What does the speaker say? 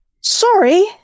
Sorry